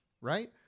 Right